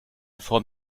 form